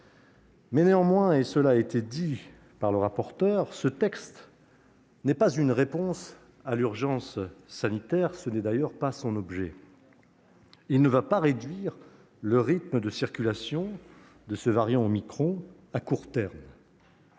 virus. Néanmoins, comme l'a souligné le rapporteur, ce texte n'est pas une réponse à l'urgence sanitaire ; ce n'est d'ailleurs pas son objet. Il ne va pas réduire le rythme de circulation du variant omicron à court terme.